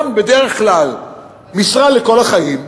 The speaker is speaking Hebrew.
גם בדרך כלל משרה לכל החיים,